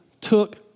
took